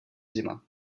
zima